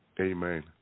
Amen